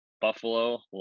Buffalo